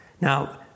Now